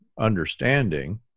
understanding